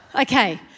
Okay